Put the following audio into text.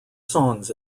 songs